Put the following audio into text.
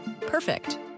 Perfect